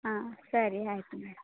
ಹಾಂ ಸರಿ ಆಯಿತು ಮೇಡಮ್